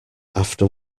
after